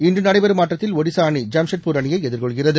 இன்று நடைபெறும் ஆட்டத்தில் ஒடிசா அணி ஜாம்செட்பூர் அணியை எதிர்கொள்கிறது